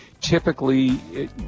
Typically